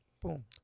Boom